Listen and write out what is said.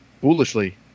foolishly